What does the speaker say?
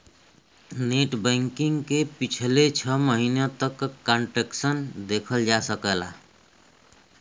net banking से पिछले छः महीने तक क ट्रांसैक्शन देखा जा सकला